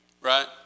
right